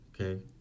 Okay